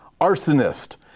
arsonist